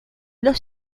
los